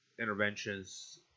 interventions